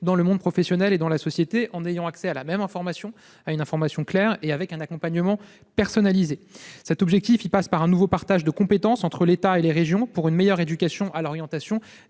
dans le monde professionnel et la société en ayant accès à la même information, une information claire et assortie d'un accompagnement personnalisé. Cet objectif passe par un nouveau partage de compétences entre l'État et les régions pour une meilleure éducation à l'orientation